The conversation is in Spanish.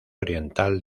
oriental